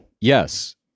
Yes